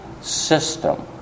system